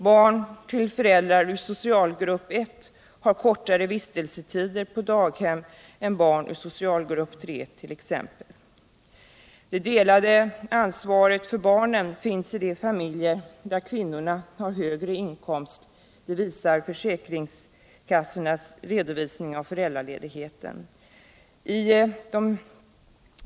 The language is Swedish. Barn till föräldrar ur socialgrupp 1 har t.ex. kortare vistelsetider på daghem än barn ur socialgrupp 3. Det delade ansvaret för barnen finns i de familjer där kvinnorna har högre inkomst — det visar försäkringskassornas redovisning av föräldraledigheten.